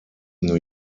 new